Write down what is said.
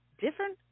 different